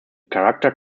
character